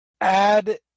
Add